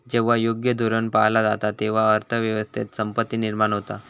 जेव्हा योग्य धोरण पाळला जाता, तेव्हा अर्थ व्यवस्थेत संपत्ती निर्माण होता